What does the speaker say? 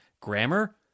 grammar